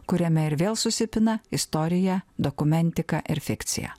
kuriame ir vėl susipina istorija dokumentika ir fikcija